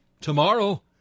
Tomorrow